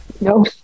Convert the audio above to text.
No